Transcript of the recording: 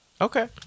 Okay